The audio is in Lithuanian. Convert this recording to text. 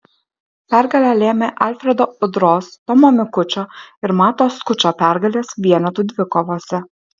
pergalę lėmė alfredo udros tomo mikučio ir mato skučo pergalės vienetų dvikovose